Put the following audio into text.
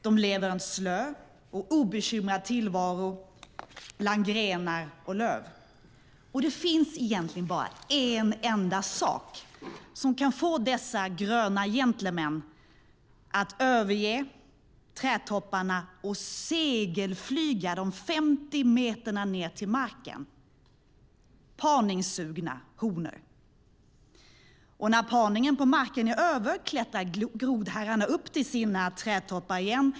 De lever en slö och obekymrad tillvaro bland grenar och löv, och det finns egentligen bara en enda sak som kan få dessa gröna gentlemän att överge trädtopparna och segelflyga de femtio meterna ner till marken: parningssugna honor . När parningen på marken är över klättrar grodherrarna upp till sina trädtoppar igen.